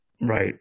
Right